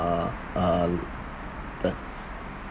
uh uh uh